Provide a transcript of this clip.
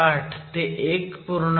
8 1